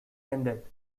ended